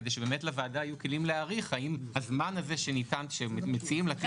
כדי שבאמת לוועדה יהיו כלים להעריך האם הזמן שמציעים לתת כאן נדרש.